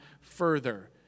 further